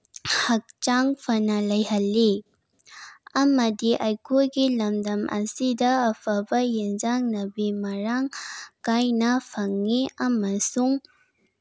ꯍꯛꯆꯥꯡ ꯐꯅ ꯂꯩꯍꯜꯂꯤ ꯑꯃꯗꯤ ꯑꯩꯈꯣꯏꯒꯤ ꯂꯝꯗꯝ ꯑꯁꯤꯗ ꯑꯐꯕ ꯑꯦꯟꯁꯥꯡ ꯅꯥꯄꯤ ꯃꯔꯥꯡ ꯀꯥꯏꯅ ꯐꯪꯉꯤ ꯑꯃꯁꯨꯡ